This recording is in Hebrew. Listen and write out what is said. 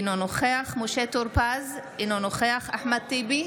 אינו נוכח משה טור פז, אינו